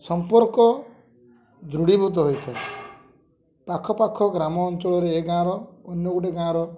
ସମ୍ପର୍କ ଦୃଢ଼ୀଭୂତ ହୋଇଥାଏ ପାଖପାଖ ଗ୍ରାମ ଅଞ୍ଚଳରେ ଏ ଗାଁର ଅନ୍ୟ ଗୋଟେ ଗାଁର